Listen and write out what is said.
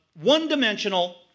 one-dimensional